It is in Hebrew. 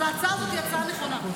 אז ההצעה הזאת היא הצעה נכונה.